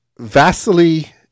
Vasily